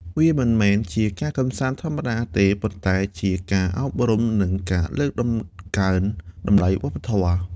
វាមិនមែនជាការកម្សាន្តធម្មតាទេ ប៉ុន្តែជាការអប់រំនិងការលើកតម្កើងតម្លៃវប្បធម៌។